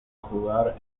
jugar